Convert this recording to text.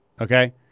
Okay